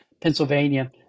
Pennsylvania